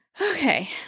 okay